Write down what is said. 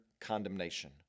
condemnation